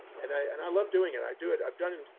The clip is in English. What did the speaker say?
and i, and i love doing it. i do it. i've done it,